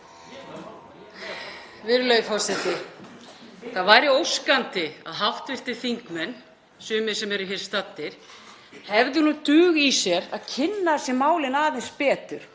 Virðulegi forseti. Það væri óskandi að hv. þingmenn, sumir sem eru hér staddir, hefðu nú dug í sér að kynna sér málin aðeins betur